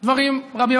דברים רבים.